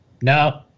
no